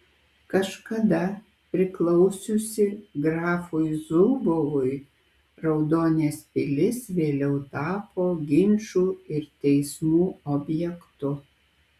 kažkada priklausiusi grafui zubovui raudonės pilis vėliau tapo ginčų ir teismų objektu